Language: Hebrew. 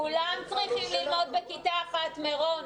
כולם צריכים ללמוד בכיתה אחת, מירום.